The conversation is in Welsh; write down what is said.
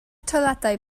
toiledau